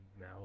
now